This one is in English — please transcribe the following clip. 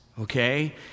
Okay